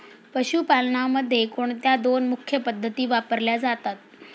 पशुपालनामध्ये कोणत्या दोन मुख्य पद्धती वापरल्या जातात?